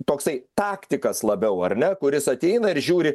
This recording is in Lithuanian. toksai taktikas labiau ar ne kuris ateina ir žiūri